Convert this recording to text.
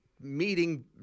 meeting